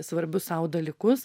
svarbius sau dalykus